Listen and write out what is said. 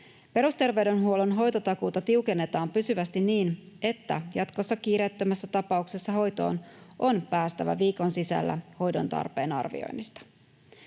Perusterveydenhuollon hoitotakuuta tiukennetaan pysyvästi niin, että jatkossa kiireettömässä tapauksessa hoitoon on päästävä viikon sisällä hoidon tarpeen arvioinnista.